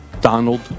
Donald